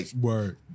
Word